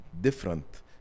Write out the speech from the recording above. different